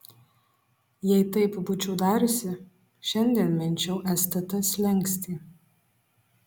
jei taip būčiau dariusi šiandien minčiau stt slenkstį